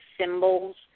symbols